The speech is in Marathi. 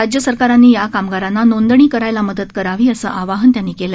राज्यसरकारांनी या कामगारांना नोंदणी करायला मदत करावी असं आवाहन त्यांनी केलं